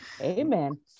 Amen